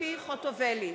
ציפי חוטובלי,